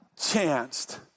chanced